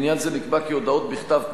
בעניין זה נקבע כי הודעות בכתב,